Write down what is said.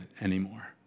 anymore